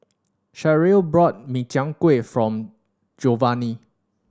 Sharyl bought Min Chiang Kueh form Jovany